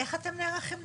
איך אתם נערכים?